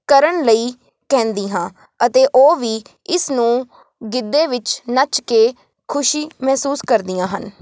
ਕਰਨ ਲਈ ਕਹਿੰਦੀ ਹਾਂ ਅਤੇ ਉਹ ਵੀ ਇਸ ਨੂੰ ਗਿੱਧੇ ਵਿੱਚ ਨੱਚ ਕੇ ਖੁਸ਼ੀ ਮਹਿਸੂਸ ਕਰਦੀਆਂ ਹਨ